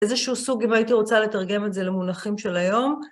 איזשהו סוג, אם הייתי רוצה לתרגם את זה למונחים של היום.